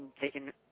taken